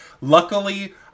Luckily